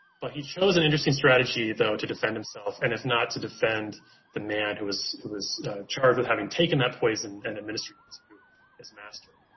but he chose an interesting strategy though to defend himself and if not, to defend the man who was who was charged with having taken that poison and administering it to to his master.